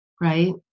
right